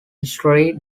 history